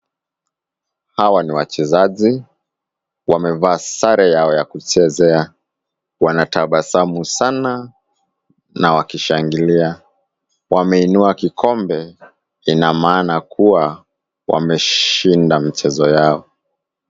Hawa ni wachezaji, wamevalia sare yao ya kuchezea. Wanatabasamu sana na kushangilia. Wameinua kikombe, inamaana kuwa wameshinda michezo yao.